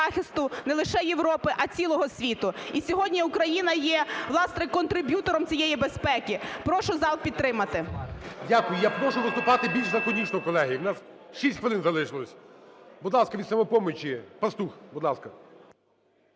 не лише Європи, а цілого світу. І сьогодні Україна є, власне, контриб'ютором цієї безпеки. Прошу зал підтримати. ГОЛОВУЮЧИЙ. Дякую. Я прошу виступати більш лаконічно колеги, у нас шість хвилин залишилось. Будь ласка, від "Самопомочі" – Пастух. Будь ласка.